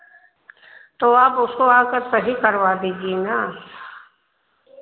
तो आप उसको आ कर सही करवा दीजिए ना